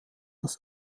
das